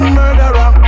murderer